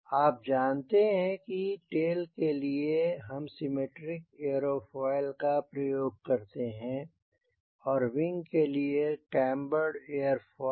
आप जानते हैं कि टेल के लिए हम सिमेट्रिक एरोफोइल का प्रयोग करते हैं और विंग के लिए केम्बर एरोफोइल